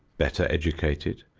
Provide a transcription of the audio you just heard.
better educated,